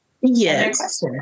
Yes